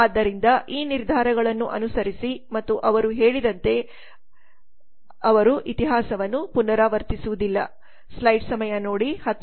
ಆದ್ದರಿಂದ ಈ ನಿರ್ಧಾರಗಳನ್ನು ಅನುಸರಿಸಿ ಮತ್ತು ಅವರು ಹೇಳಿದಂತೆ ಅವರು ಇತಿಹಾಸವನ್ನು ಪುನರಾವರ್ತಿಸುವುದಿಲ್ಲ